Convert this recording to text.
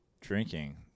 drinking